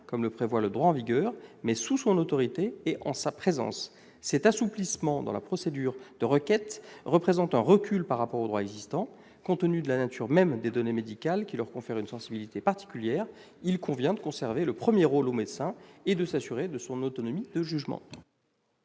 comme le prévoit le droit en vigueur, mais sous son autorité et en sa présence. Cet assouplissement de la procédure de requête représente un recul par rapport au droit existant. Compte tenu de la nature même des données médicales qui leur confère une sensibilité particulière, il convient de laisser le médecin jouer le premier rôle et de s'assurer de son autonomie de jugement.